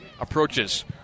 Approaches